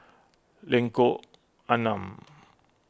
Lengkong Enam